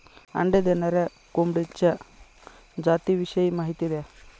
अंडी देणाऱ्या कोंबडीच्या जातिविषयी माहिती द्या